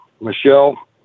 Michelle